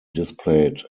displayed